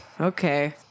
okay